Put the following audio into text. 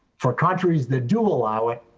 for countries that do allow it,